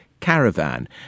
Caravan